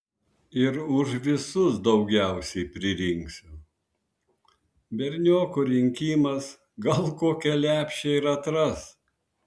ir už visus daugiausiai pririnksiu berniokų rinkimas gal kokią lepšę ir atras